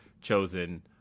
chosen